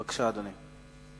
בבקשה, אדוני.